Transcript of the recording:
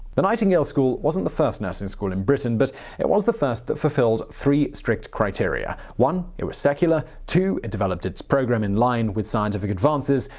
the nightingale school wasn't the first nursing school in britain. but it was the first that fulfilled three strict criteria. one it was secular. two it developed its program in line with scientific advances.